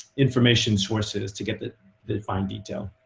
information sources to get the fine detail.